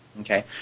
Okay